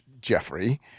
Jeffrey